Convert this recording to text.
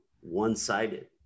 one-sided